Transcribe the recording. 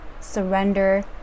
surrender